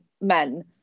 men